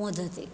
मोदते